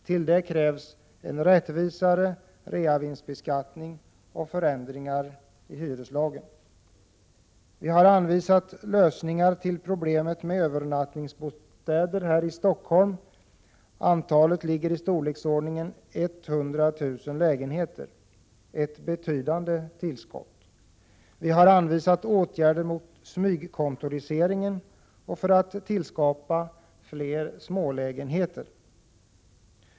Till det krävs en rättvisare reavinstbeskattning och förändringar i hyreslagen. Vi har föreslagit lösningar på problemen med övernattningsbostäder i Stockholm. Antalet ligger i storleksordningen 100 000 lägenheter. Dessa lägenheter skulle innebära ett betydande tillskott på marknaden. Vi har föreslagit åtgärder mot smygkontoriseringen och åtgärder för att skapa fler smålägenheter.